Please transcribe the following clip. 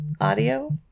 audio